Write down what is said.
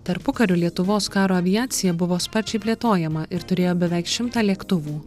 tarpukariu lietuvos karo aviacija buvo sparčiai plėtojama ir turėjo beveik šimtą lėktuvų